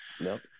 Nope